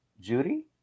Judy